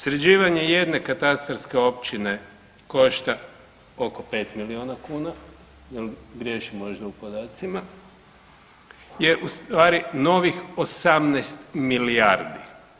Sređivanje jedne katastarske općine košta oko 5 milijuna kuna, jel griješim možda u podacima, je u stvari novih 18 milijardi.